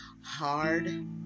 hard